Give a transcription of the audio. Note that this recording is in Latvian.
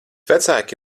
vecāki